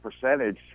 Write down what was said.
percentage